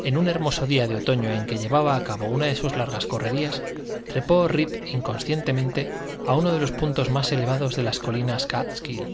en un hermoso día de otoño en que llevaba a cabo una de sus largas correrías trepó rip inconscientemente a uno de los puntos más elevados de las montañas káatskill